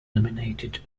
nominated